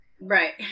right